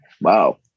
wow